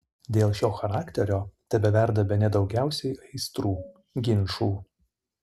dėl šio charakterio tebeverda bene daugiausiai aistrų ginčų